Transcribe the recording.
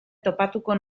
topatuko